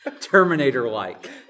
Terminator-like